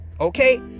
okay